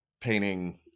painting